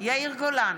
יאיר גולן,